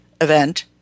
event